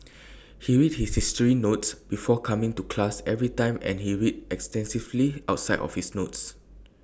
he read his history notes before coming to class every time and he read extensively outside of his notes